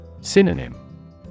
Synonym